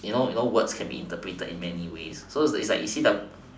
you know words can be interpreted in many ways so is like you see